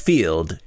Field